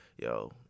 Yo